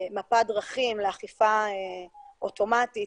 אורי, אבל לא נעצור את הקדמה של הסלולרי.